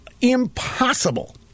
impossible